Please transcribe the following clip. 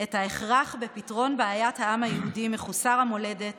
את ההכרח בפתרון בעיית העם היהודי מחוסר המולדת